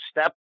step